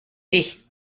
dich